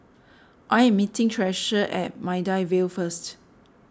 I am meeting Treasure at Maida Vale first